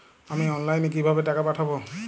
আমি অনলাইনে কিভাবে টাকা পাঠাব?